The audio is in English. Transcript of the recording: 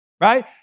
right